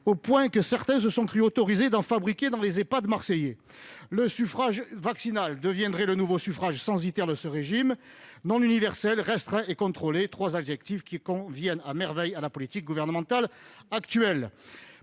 au point que certains se sont crus autorisés d'en fabriquer dans les Ehpad marseillais ! Le suffrage vaccinal deviendrait le nouveau suffrage censitaire de ce régime, non universel, restreint et contrôlé : trois adjectifs qui conviennent à merveille à la politique gouvernementale actuelle.